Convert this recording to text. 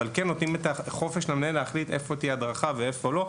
אבל כן נותנים את החופש למנהל להחליט איפה תהיה הדרכה ואיפה לא.